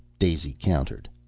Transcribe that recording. daisy countered.